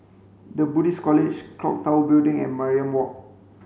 the Buddhist College Clock Tower Building and Mariam Walk